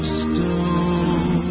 stone